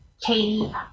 Katie